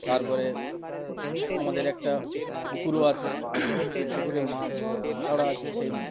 তারপরে আমাদের একটা পুকুরও আছে সেই পুকুরে মাছ ছাড়া আছে সেই